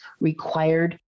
required